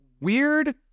weird